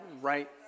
right